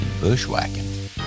bushwhacking